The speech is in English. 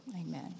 Amen